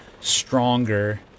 stronger